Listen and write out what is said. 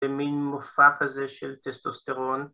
‫במין מופע כזה של טסטוסטרון.